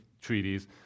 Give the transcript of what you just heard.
treaties